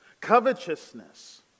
Covetousness